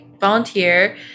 volunteer